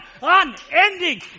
unending